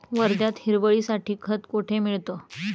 वर्ध्यात हिरवळीसाठी खत कोठे मिळतं?